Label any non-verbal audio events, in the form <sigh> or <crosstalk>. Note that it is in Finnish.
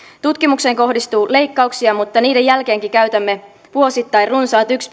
tutkimukseen kohdistuu leikkauksia mutta niiden jälkeenkin käytämme vuosittain runsaat yksi <unintelligible>